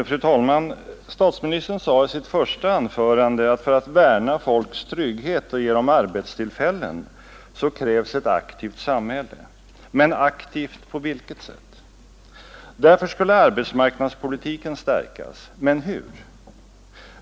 Fru talman! Statsministern sade i sitt första anförande att för att värna om folks trygghet och ge dem arbetstillfällen krävs ett aktivt samhälle. Men aktivt på vilket sätt? Jo, därför skulle arbetsmarknadspolitiken stärkas. Men hur?